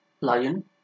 lion